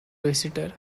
visitor